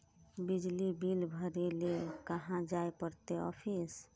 बिजली बिल भरे ले कहाँ जाय पड़ते ऑफिस?